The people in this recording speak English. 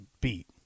beat